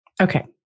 Okay